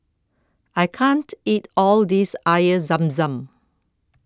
I can't eat all this Air Zam Zam